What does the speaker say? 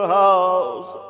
house